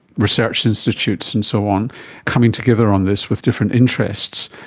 research institutes and so on coming together on this with different interests.